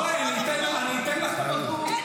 בואי, אני אתן לך את הבקבוק.